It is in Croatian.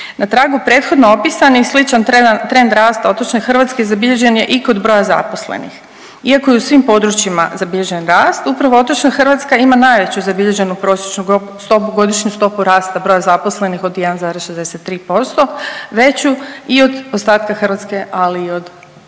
Na tragu prethodno opisanih, sličan trend rasta otočne Hrvatske zabilježen je i kod broja zaposlenih. Iako je u svim područjima zabilježen rast, upravo otočna Hrvatska ima najveću zabilježenu prosječnu stopu, godišnju stopu rasta broja zaposlenih od 1,63% veću i od ostatka Hrvatske, ali i od Hrvatske